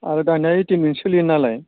ओरो दाना A T M जोंसो सोलियो नालाय